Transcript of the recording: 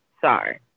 sorry